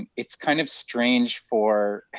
and it's kind of strange for,